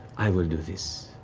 i will do this.